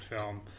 film